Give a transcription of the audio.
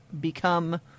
become